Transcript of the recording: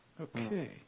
Okay